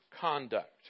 conduct